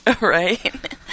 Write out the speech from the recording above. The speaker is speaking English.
Right